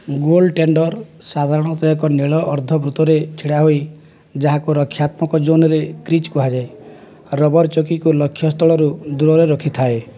goal tender ସାଧାରଣତଃ ଏକ ନୀଳ ଅର୍ଦ୍ଧ ବୃତ୍ତରେ ଛିଡ଼ା ହୋଇ ଯାହାକୁ ରକ୍ଷାତ୍ମକ ଜୋନ୍ରେ କ୍ରିଜ୍ କୁହାଯାଏ ରବର୍ ଚକିକୁ ଲକ୍ଷ୍ୟ ସ୍ଥଳରୁ ଦୂରରେ ରଖିଥାଏ